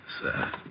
sir